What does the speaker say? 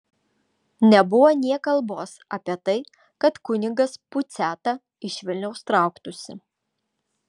nebuvo nė kalbos apie tai kad kunigas puciata iš vilniaus trauktųsi